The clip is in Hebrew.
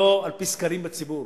לא על-פי סקרים בציבור